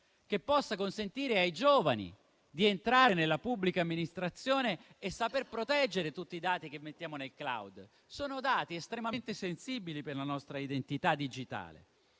che consenta ai giovani di entrare nella pubblica amministrazione per proteggere tutti i dati che mettiamo nel *cloud*? Sono dati estremamente sensibili per la nostra identità digitale.